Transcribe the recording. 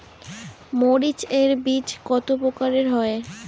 মরিচ এর বীজ কতো প্রকারের হয়?